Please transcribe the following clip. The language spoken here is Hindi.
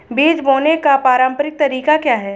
बीज बोने का पारंपरिक तरीका क्या है?